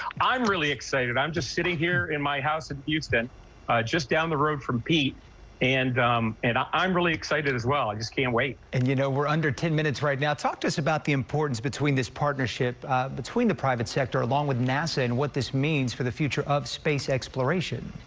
i'm really excited. i'm just sitting here in my house and use them just down the road from pete and i'm ah i'm really excited as well as can wait and you know we're under ten minutes right now talk to us about the importance between this partnership between the private sector along with nasa and what this means for the future of space exploration.